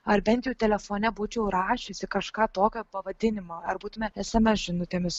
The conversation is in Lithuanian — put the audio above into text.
ar bent jau telefone būčiau rašiusi kažką tokio pavadinimo ar būtume sms žinutėmis